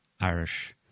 irish